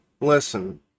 listen